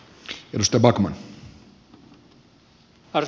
arvoisa puhemies